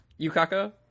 Yukako